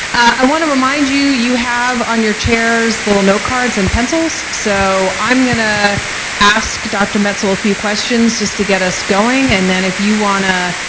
i want to remind you you have on your chairs little note cards and pencils, so i'm going to ask dr. metzl a few questions just to get us going, and then if you want to